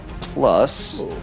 plus